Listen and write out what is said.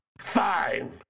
Fine